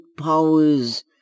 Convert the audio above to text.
powers